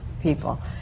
people